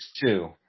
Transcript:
two